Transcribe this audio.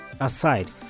aside